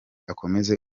akomeze